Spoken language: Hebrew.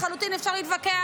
לחלוטין אפשר להתווכח,